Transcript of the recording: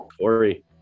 Corey